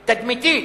תדמיתית,